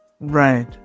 Right